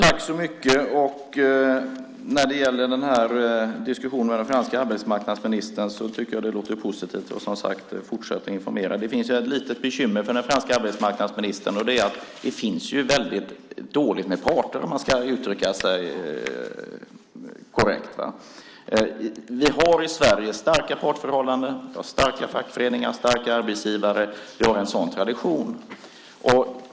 Fru talman! Diskussionen med den franska arbetsmarknadsministern tycker jag låter positiv. Som sagt: Fortsätt att informera! Det finns ett litet bekymmer för den franska arbetsmarknadsministern, och det är att det finns väldigt dåligt med parter, om man ska uttrycka sig korrekt. Vi har i Sverige starka partsförhållanden. Vi har starka fackföreningar, starka arbetsgivare. Vi har en sådan tradition.